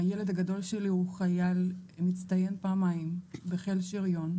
הילד הגדול שלי הוא חייל מצטיין פעמיים בחיל שריון,